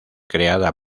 creada